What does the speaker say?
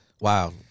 Wow